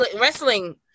wrestling